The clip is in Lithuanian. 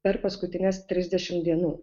per paskutines trisdešimt dienų